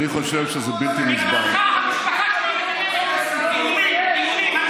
בגללך המשפחה שלי מקבלת איומים.